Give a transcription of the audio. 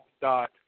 dot